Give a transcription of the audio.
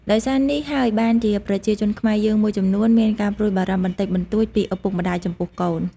ដោយសារនេះហើយបានជាប្រជានជនខ្មែរយើងមួយចំនួនមានការព្រួយបារម្ភបន្តិចបន្តួចពីឪពុកម្តាយចំពោះកូន ។